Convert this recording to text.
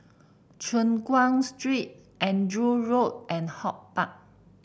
Choon Guan Street Andrew Road and HortPark